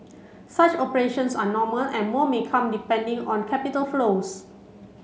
such operations are normal and more may come depending on capital flows